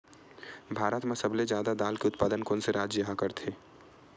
भारत मा सबले जादा दाल के उत्पादन कोन से राज्य हा करथे?